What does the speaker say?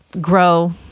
grow